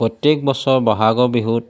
প্ৰত্যেক বছৰ বহাগৰ বিহুত